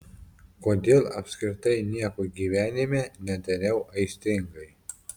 kodėl apskritai nieko gyvenime nedariau aistringai